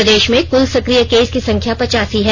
प्रदेश में कुल संक्रिय केस की संख्या पचासी है